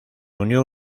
unió